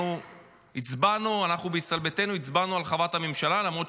אנחנו בישראל ביתנו הצבענו על הרחבת הממשלה,